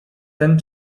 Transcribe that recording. ten